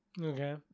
Okay